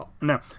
no